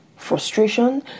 frustration